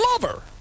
lover